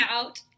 out